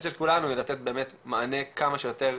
של כולנו היא לתת באמת מענה כמה שיותר